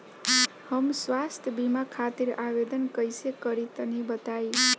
हम स्वास्थ्य बीमा खातिर आवेदन कइसे करि तनि बताई?